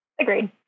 agreed